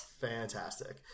fantastic